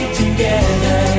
together